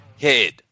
head